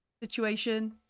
situation